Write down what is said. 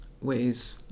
ways